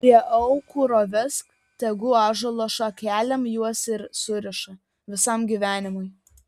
prie aukuro vesk tegu ąžuolo šakelėm juos ir suriša visam gyvenimui